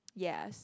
yes